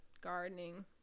gardening